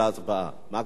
מה אדוני ביקש?